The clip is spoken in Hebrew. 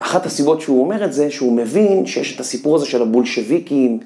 אחת הסיבות שהוא אומר את זה, שהוא מבין שיש את הסיפור הזה של הבולשוויקים.